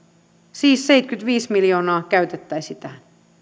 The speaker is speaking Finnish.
siis seitsemänkymmentäviisi miljoonaa käytettäisiin tähän